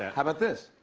how about this?